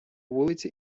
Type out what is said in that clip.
вулиці